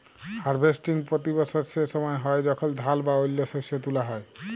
harvesting পতি বসর সে সময় হ্যয় যখল ধাল বা অল্য শস্য তুলা হ্যয়